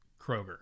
Kroger